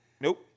Nope